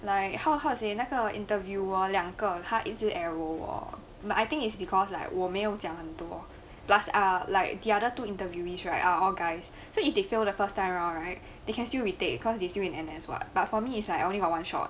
like how how to say ah 那个 interviewer 两个他一直 arrow 我 but I think is because like 我没有讲很多 plus ah like the other two interviewees right are all guys so if they failed the first time round right they can still retake cause they still in N_S what but for me is I only got one shot